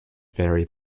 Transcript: fairy